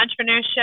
entrepreneurship